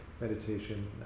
meditation